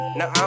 no